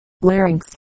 larynx